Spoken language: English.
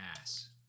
ass